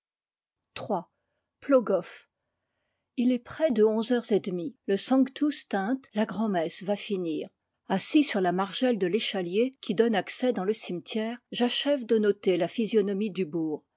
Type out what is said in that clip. flogoff il est près de onze heures et demie le sanctus tinte la grand'messe va finir assis sur la margelle de l'échalier qui donne accès dans le cimetière j'achève de noter la physionomie du bourg